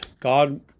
God